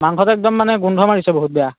মাংসটো একদম মানে গোন্ধ মাৰিছে বহুত বেয়া